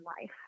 life